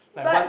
but